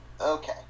Okay